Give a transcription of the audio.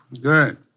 Good